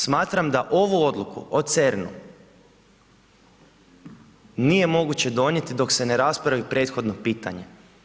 Smatram da ovu odluku o CERN-u nije moguće donijeti dok se ne raspravi prethodno pitanje.